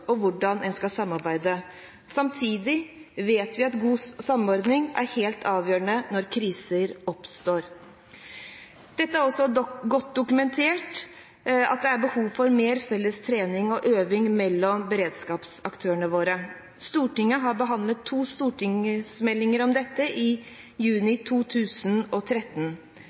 og hvordan en skal samarbeide. Samtidig vet vi at god samordning er helt avgjørende når kriser oppstår. Det er også godt dokumentert at det er behov for mer felles trening og øving mellom beredskapsaktørene våre. Stortinget har behandlet to stortingsmeldinger om dette, senest i juni